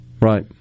right